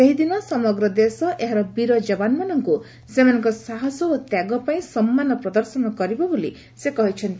ସେହିଦିନ ସମଗ୍ର ଦେଶ ଏହାର ବୀର ଯବାନମାନଙ୍ଙ୍ ସେମାନଙ୍କ ସାହସ ଓ ତ୍ୟାଗପାଇଁ ସମ୍ମାନ ପ୍ରଦର୍ଶନ କରିବ ବୋଲି ସେ କହିଛନ୍ତି